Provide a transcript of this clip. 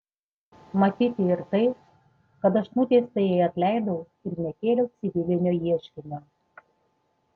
matyti ir tai kad aš nuteistajai atleidau ir nekėliau civilinio ieškinio